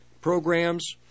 Programs